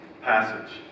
passage